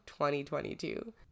2022